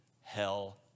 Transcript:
hell